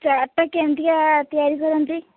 ଚାଟ୍ଟା କେମିତିକା ତିଆରି କରନ୍ତି